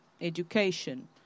education